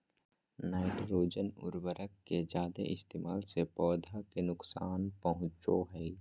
nitrogen उर्वरक के जादे इस्तेमाल से पौधा के नुकसान पहुंचो हय